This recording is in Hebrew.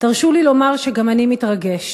תרשו לי לומר שגם אני מתרגש,